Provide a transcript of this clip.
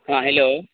हँ हेलो